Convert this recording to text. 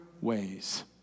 ways